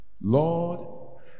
Lord